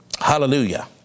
Hallelujah